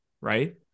Right